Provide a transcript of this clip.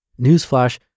Newsflash